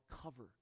cover